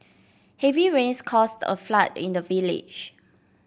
heavy rains caused a flood in the village